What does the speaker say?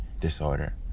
disorder